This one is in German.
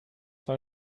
war